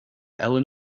ellen